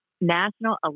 National